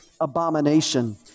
abomination